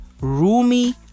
Rumi